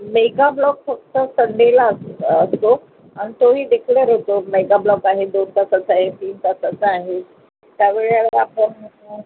megablock फक्त संडेला अस असतो आणि तो ही डिक्लेअर होतो मेगाब्लॉक आहे दोन तासाचा आहे तीन तासाचा आहे त्यावेळेला आपण